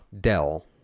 Dell